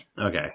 Okay